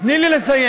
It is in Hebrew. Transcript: תני לי לסיים.